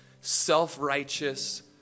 self-righteous